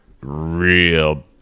real